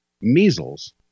measles